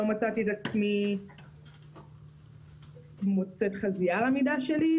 לא מצאתי את עצמי מוצאת חזייה במידה שלי,